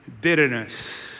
bitterness